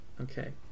Okay